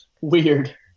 weird